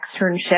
externship